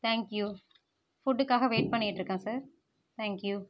thank you ஃபுட்டுக்காக wait பண்ணிட்டுருக்கேன் sir thank you